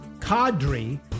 Cadre